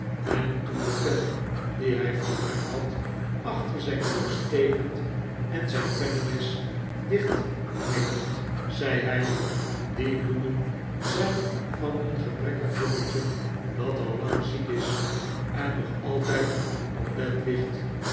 en toen de pen die hij vermaakt had achter zijn oor stekend en zijn pennemes dichtknippend zei hij die bloemen zijn van een gebrekkig jongetje dat al lang ziek is en nog altijd op bed ligt